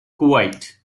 kuwait